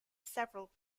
several